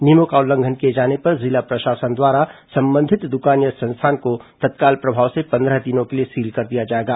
नियमों का उल्लंघन किए जाने पर जिला प्रशासन द्वारा संबंधित दुकान या संस्थान को तत्काल प्रभाव से पंद्रह दिनों के लिए सील कर दिया जाएगा